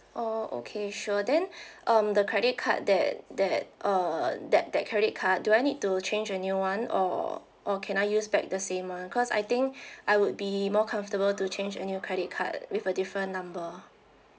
oh okay sure then um the credit card that that uh that that credit card do I need to change a new one or or can I use back the same one cause I think I would be more comfortable to change a new credit card with a different number